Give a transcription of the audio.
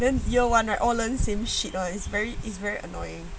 then year one right all learn same shit [one] is very is very annoying